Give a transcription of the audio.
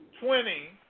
Twenty